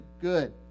good